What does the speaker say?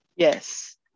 Yes